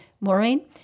Maureen